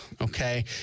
okay